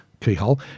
keyhole